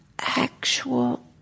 actual